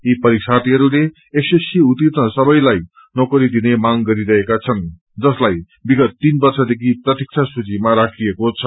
यी परीक्षार्थीहरूले एसएससी च्रीण सबैलाई नोकरी दिने मांग गरिरहेका छन् जसलाई विगत तीन वर्षदेखि प्रतीक्षा सूचीमा राखिएको छ